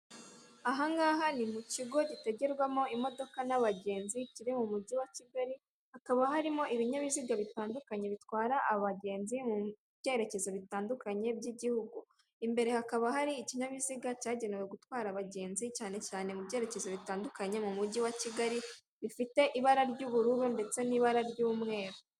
Aha ngaha ni mu kigo gitegerwamo imodoka n'abagenzi kiri mu mujyi wa kigali hakaba harimo ibinyabiziga bitandukanye bitwara abagenzi mu byerekezo bitandukanye by'igihugu imbere hakaba hari ikinyabiziga cyagenewe gutwara abagenzi cyane cyane mu byerekezo bitandukanye mu mujyi wa kigali bifite ibara ry'ubururu ndetse n'ibara ry'umweru.